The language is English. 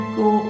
go